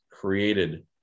created